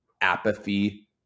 apathy